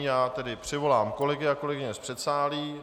Já tedy přivolám kolegy a kolegyně z předsálí.